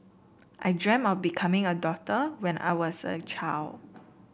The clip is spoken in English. I dreamt of becoming a doctor when I was a child